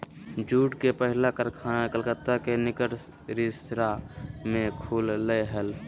jute के पहला कारखाना कलकत्ता के निकट रिसरा में खुल लय हल